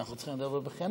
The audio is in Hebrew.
אנחנו צריכים לדבר בכנות,